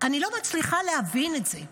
אני לא מצליחה להבין את זה.